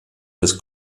des